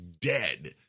dead